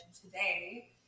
today